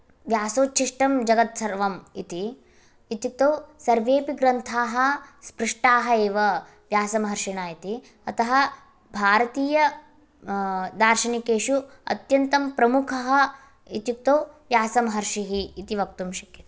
व्यासोच्चिष्टं जगत्सर्वम् इति इत्युक्तौ सर्वेपि ग्रन्थाः स्पृष्टा एव व्यासमहर्षिणा इति अतः भारतीय दार्शनिकेषु अत्यन्तं प्रमुखः इत्युक्तौ व्यासमहर्षिः इति वक्तुं शक्यते